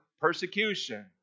persecution